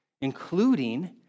including